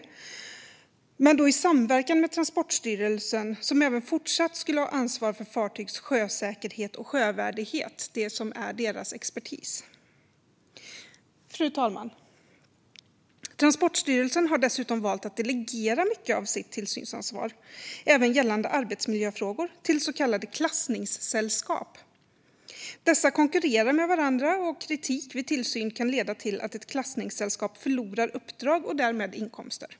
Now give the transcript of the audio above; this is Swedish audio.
Men detta skulle då ske i samverkan med Transportstyrelsen, som även fortsatt skulle ha ansvar för fartygs sjösäkerhet och sjövärdighet, det som är deras expertis. Fru talman! Transportstyrelsen har dessutom valt att delegera mycket av sitt tillsynsansvar, även gällande arbetsmiljöfrågor, till så kallade klassningssällskap. Dessa konkurrerar med varandra, och kritik vid tillsyn kan leda till att ett klassningssällskap förlorar uppdrag och därmed inkomster.